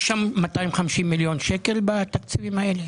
יש שם 250 מיליון שקלים בתקציבים האלה?